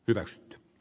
ykaksik b